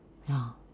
ya